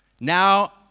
Now